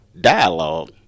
dialogue